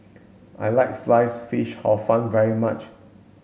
I like sliced fish hor fun very much